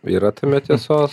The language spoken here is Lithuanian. yra tame tiesos